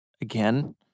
again